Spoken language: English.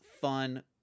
fun-